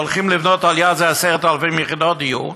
והולכים לבנות על-יד זה 10,000 יחידות דיור,